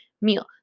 meal